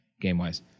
game-wise